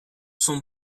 son